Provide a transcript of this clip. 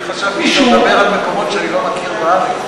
אני חשבתי שאתה מדבר על מקומות שאני לא מכיר בארץ.